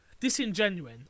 disingenuine